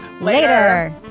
later